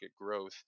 growth